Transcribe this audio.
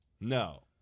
No